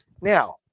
Now